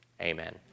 amen